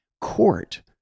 court